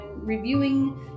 reviewing